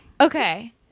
Okay